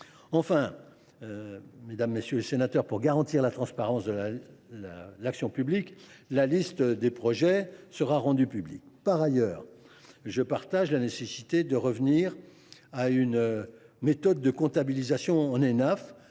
par décret en Conseil d’État. Enfin, pour garantir la transparence de l’action publique, la liste de ces projets sera rendue publique. Par ailleurs, je partage la nécessité de revenir à une méthode de comptabilisation en